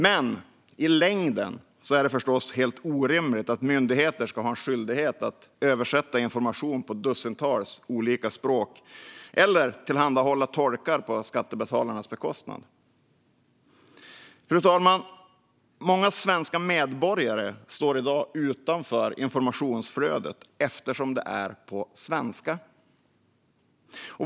Men i längden är det förstås helt orimligt att myndigheter ska ha en skyldighet att översätta information till dussintals olika språk eller tillhandahålla tolkar på skattebetalarnas bekostnad. Många svenska medborgare står i dag utanför informationsflödet eftersom det är på svenska.